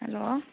hello